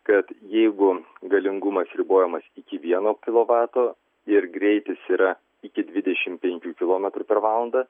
kad jeigu galingumas ribojamas iki vieno kilovato ir greitis yra iki dvidešimt penkių kilometrų per valandą